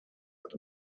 that